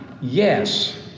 yes